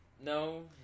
No